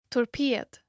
Torped